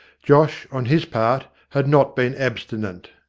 josh, on his part, had not been abstinent.